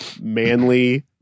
manly